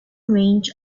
range